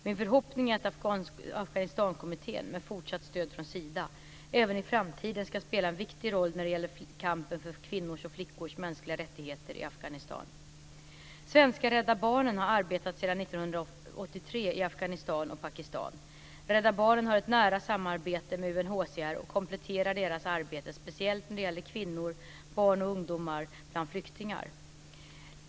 Min förhoppning är att SAK, med fortsatt stöd från Sida, även i framtiden ska spela en viktig roll när det gäller kampen för kvinnors och flickors mänskliga rättigheter i Svenska Rädda Barnen har arbetat sedan 1983 i Afghanistan och Pakistan. Rädda Barnen har ett nära samarbete med UNHCR och kompletterar deras arbete speciellt när det gäller kvinnor, barn och ungdomar bland flyktingar.